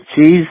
cheese